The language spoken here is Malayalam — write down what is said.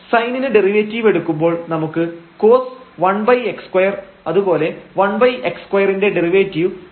Sin ന് ഡെറിവേറ്റീവ് എടുക്കുമ്പോൾ നമുക്ക് cos⁡1x2 അതുപോലെ 1x2 ന്റെ ഡെറിവറ്റീവ് 2x3 ആവും